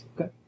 Okay